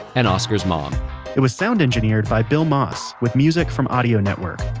and oscar's mom it was sound engineered by bill moss, with music from audio network.